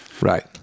Right